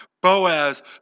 Boaz